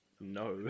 no